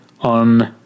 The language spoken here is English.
on